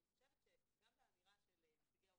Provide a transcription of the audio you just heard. אני חושבת שגם באמירה של נציגי ההורים,